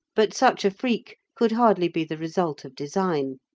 but such a freak could hardly be the result of design.